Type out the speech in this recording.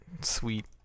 sweet